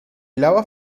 lava